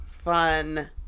fun